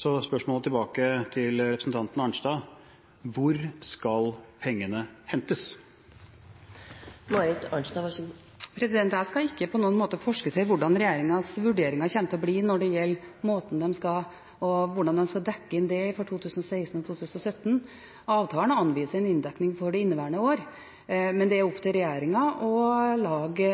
Så spørsmålet tilbake til representanten Arnstad er: Hvor skal pengene hentes fra? Jeg skal ikke på noen måte forskuttere hvordan regjeringens vurderinger kommer til å bli når det gjelder hvordan de skal dekke inn det for 2016–2017. Avtalen anviser en inndekning for inneværende år, men det er opp til regjeringen å lage